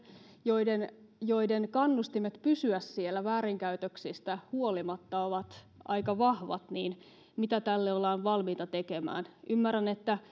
joiden joiden kannustimet pysyä siellä väärinkäytöksistä huolimatta ovat aika vahvat mitä tälle ollaan valmiita tekemään ymmärrän että